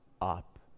up